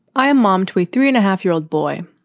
i am mom to a three and a half year old boy.